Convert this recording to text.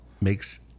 makes